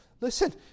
Listen